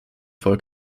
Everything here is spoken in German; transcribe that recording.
volk